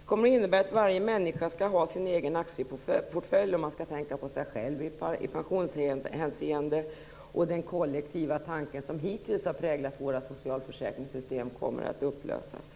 Det kommer att innebära att varje människa skall ha sin egen aktieportfölj och att man skall tänka på sig själv i pensionshänseende. Den kollektiva tanke som hittills har präglat våra socialförsäkringssystem kommer att upplösas.